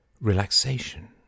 relaxation